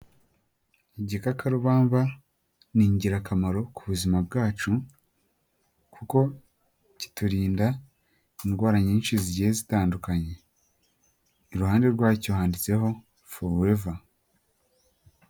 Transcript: Igikakarubamba ni ingirakamaro ku buzima bwacu kuko kiturinda indwara nyinshi zigiye zitandukanye, iruhande rwacyo handitseho foreva.